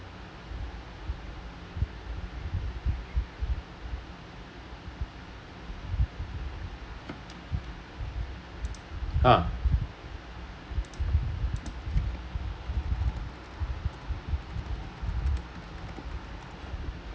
!huh!